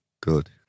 good